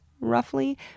roughly